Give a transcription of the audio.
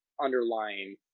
underlying